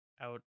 out